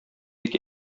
бик